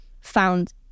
found